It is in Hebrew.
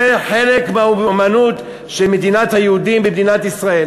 זה חלק מהאמנות של מדינת היהודים במדינת ישראל.